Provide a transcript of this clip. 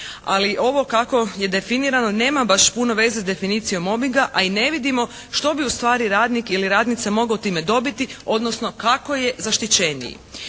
ali ovo kako je definirano nema baš puno veze s definicijom mobinga, a i ne vidimo što bi ustvari radnik ili radnica mogao time dobiti odnosno kako je zaštićeniji.